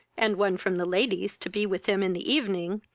and one from the ladies to be with him in the evening,